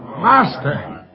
Master